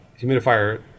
humidifier